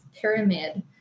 pyramid